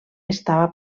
estava